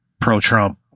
pro-Trump